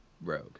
rogue